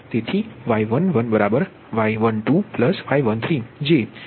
તેથી y10 0 છે